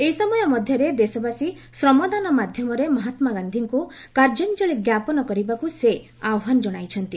ଏହି ସମୟ ମଧ୍ୟରେ ଦେଶବାସୀ ଶ୍ରମଦାନ ମାଧ୍ୟମରେ ମହାତ୍ମାଗାନ୍ଧିଙ୍କୁ କାର୍ଯ୍ୟାଞ୍ଚଳି ଜ୍ଞାପନ କରିବାକୁ ସେ ଆହ୍ୱାନ ଜଣାଇଛନ୍ତି